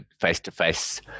face-to-face